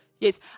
yes